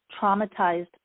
traumatized